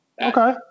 okay